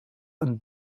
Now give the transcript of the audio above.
een